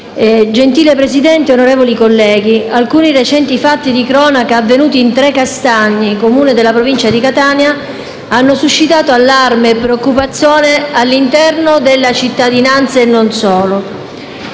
Gentile Presidente, onorevoli colleghi, i recenti fatti di cronaca avvenuti in Trecastagni, Comune della provincia di Catania, hanno suscitato allarme e preoccupazione all'interno della cittadinanza, e non solo.